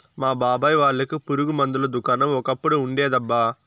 మా బాబాయ్ వాళ్ళకి పురుగు మందుల దుకాణం ఒకప్పుడు ఉండేదబ్బా